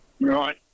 right